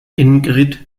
ingrid